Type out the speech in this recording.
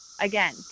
again